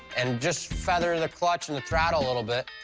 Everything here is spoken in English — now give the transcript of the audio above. and just feather the clutch and the throttle a little bit.